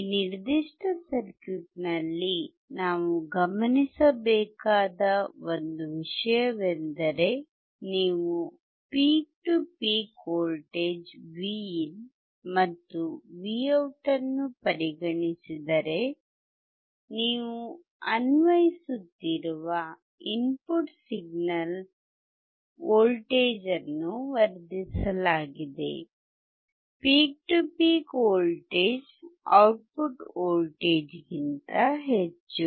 ಈ ನಿರ್ದಿಷ್ಟ ಸರ್ಕ್ಯೂಟ್ನಲ್ಲಿ ನಾವು ಗಮನಿಸಬೇಕಾದ ಒಂದು ವಿಷಯವೆಂದರೆ ನೀವು ಪೀಕ್ ಟು ಪೀಕ್ ವೋಲ್ಟೇಜ್Vin ಮತ್ತು Vout ಅನ್ನು ಪರಿಗಣಿಸಿದರೆ ನೀವು ಅನ್ವಯಿಸುತ್ತಿರುವ ಇನ್ಪುಟ್ ಸಿಗ್ನಲ್ ವೋಲ್ಟೇಜ್ ಅನ್ನು ವರ್ಧಿಸಲಾಗಿದೆ peak to peak voltage output voltage ಗಿಂತ ಹೆಚ್ಚು